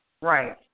Right